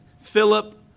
Philip